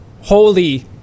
holy